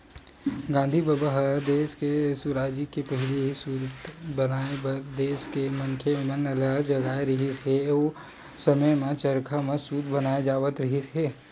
गांधी बबा ह देस के सुराजी के पहिली सूत बनाए बर देस के मनखे मन ल जगाए रिहिस हे, ओ समे म चरखा म सूत बनाए जावत रिहिस हे